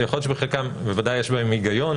שיכול להיות שבחלקם בוודאי יש בהם היגיון,